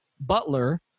Butler